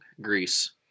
Greece